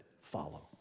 follow